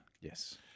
Yes